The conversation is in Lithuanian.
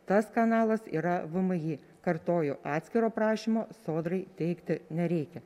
tas kanalas yra vmi kartoju atskiro prašymo sodrai teikti nereikia